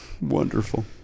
Wonderful